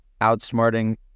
outsmarting